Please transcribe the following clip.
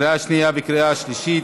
בקריאה שנייה ובקריאה שלישית.